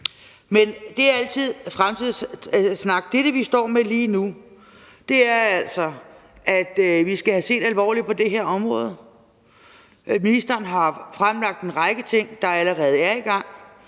Men det er fremtidssnak. I forhold til det, vi står med lige nu, skal vi altså have set alvorligt på det her område. Ministeren har fremlagt en række ting, der allerede er i gang.